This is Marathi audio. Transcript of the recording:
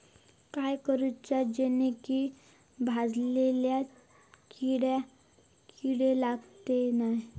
काय करूचा जेणेकी भाजायेंका किडे लागाचे नाय?